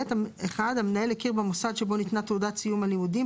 (ב)(1) המנהל הכיר במוסד שבו ניתנה תעודת סיום הלימודים,